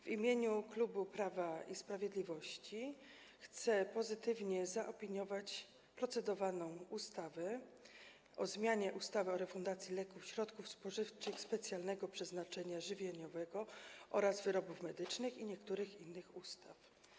W imieniu klubu Prawa i Sprawiedliwości chcę pozytywnie zaopiniować procedowany projekt ustawy o zmianie ustawy o refundacji leków, środków spożywczych specjalnego przeznaczenia żywieniowego oraz wyrobów medycznych oraz niektórych innych ustaw.